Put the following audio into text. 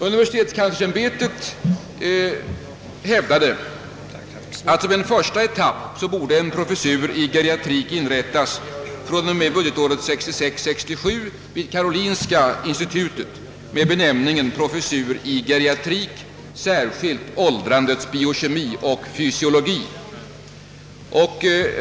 Kanslersämbetet hävdade att som en första etapp borde fr.o.m. budgetåret 1966/67 vid karolinska institutet inrättas en professur med benämningen professur i geriatrik, särskilt åldrandets biokemi och fysiologi.